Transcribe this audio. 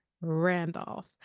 Randolph